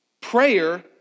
Prayer